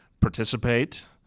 Participate